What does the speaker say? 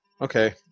Okay